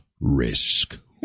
risk